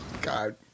God